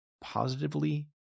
positively